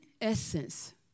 essence